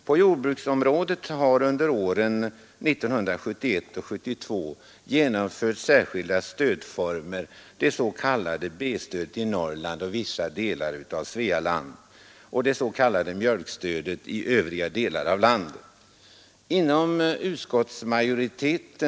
På jordbruksområdet har under åren 1971 och 1972 införts särskilda stödformer, det s.k. B-stödet i Norrland och vissa delar av Svealand och det s.k. mjölkstödet i övriga delar av landet.